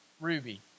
ruby